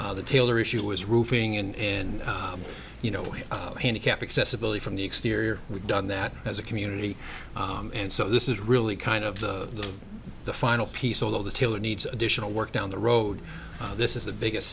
the taylor issue is roofing in and you know handicap accessibility from the exterior we've done that as a community and so this is really kind of the final piece although the taylor needs additional work down the road this is the biggest